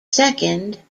second